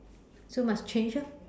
so must change orh